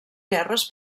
guerres